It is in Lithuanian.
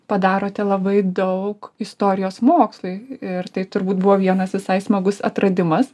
padarote labai daug istorijos mokslui ir tai turbūt buvo vienas visai smagus atradimas